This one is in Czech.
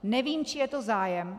Nevím, čí je to zájem.